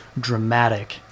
dramatic